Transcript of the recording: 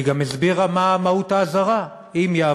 והיא גם הסבירה מה מהות האזהרה,